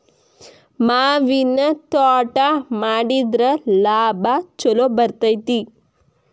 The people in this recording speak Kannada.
ಮಾವಿನ ತ್ವಾಟಾ ಮಾಡಿದ್ರ ಲಾಭಾ ಛಲೋ ಬರ್ತೈತಿ